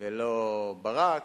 ולא ברק,